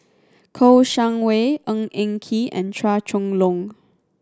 Kouo Shang Wei Ng Eng Kee and Chua Chong Long